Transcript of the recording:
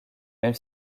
même